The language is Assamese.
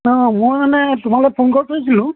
অঁ মই মানে তোমালৈ ফোন কৰিছিলোঁ